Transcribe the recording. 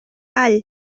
all